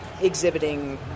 exhibiting